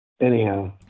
anyhow